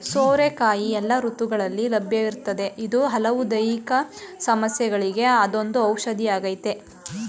ಸೋರೆಕಾಯಿ ಎಲ್ಲ ಋತುಗಳಲ್ಲಿ ಲಭ್ಯವಿರ್ತದೆ ಇದು ಹಲವು ದೈಹಿಕ ಸಮಸ್ಯೆಗಳಿಗೆ ಅದೊಂದು ಔಷಧಿಯಾಗಯ್ತೆ